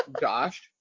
josh